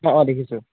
অঁ অঁ দেখিছোঁ